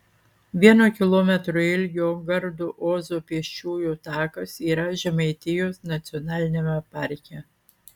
vieno kilometro ilgio gardų ozo pėsčiųjų takas yra žemaitijos nacionaliniame parke